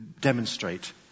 demonstrate